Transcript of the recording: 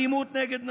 אלימות נגד נשים,